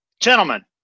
Gentlemen